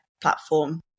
platform